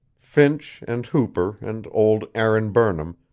finch, and hooper, and old aaron burnham,